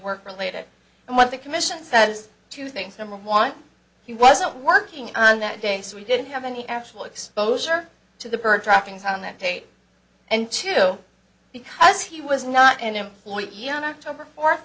work related and what the commission says two things number one he was not working on that day so we didn't have any actual exposure to the bird droppings on that tape and two because he was not an employee o